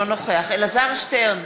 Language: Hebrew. אינו נוכח אלעזר שטרן,